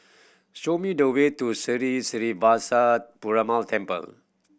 show me the way to Sri Srinivasa Perumal Temple